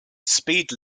speed